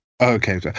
Okay